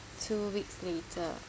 two weeks later